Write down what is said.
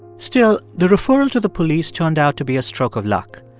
still, the referral to the police turned out to be a stroke of luck.